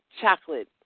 Chocolate